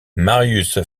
marius